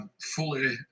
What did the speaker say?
fully